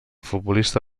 futbolista